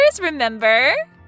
remember